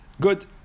Good